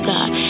God